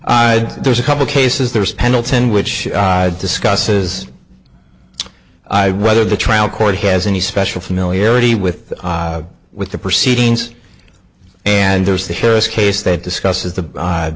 know there's a couple cases there's pendleton which discusses i whether the trial court has any special familiarity with with the proceedings and there's the harris case that discusses the